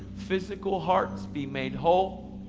physical hearts be made whole.